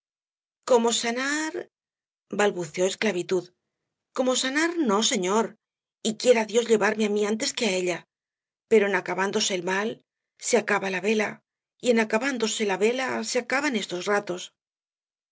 como sanar balbuceó esclavitud como sanar no señor y quiera dios llevarme á mí antes que á ella pero en acabándose el mal se acaba la vela y en acabándose la vela se acaban estos ratos